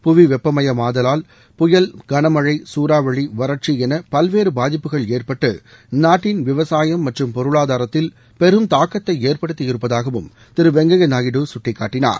புவி வெப்பமயமாதலால் புயல் கனமழை சூறாவளி வறட்சி என பல்வேறு பாதிப்புகள் ஏற்பட்டு நாட்டின் விவசாயம் மற்றும் பொருளாதாரத்தில் பெரும் தாக்கத்தை ஏற்படுத்தியிருப்பதாகவும் திரு வெங்கய்ய நாயுடு சுட்டிக்காட்டினார்